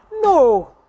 No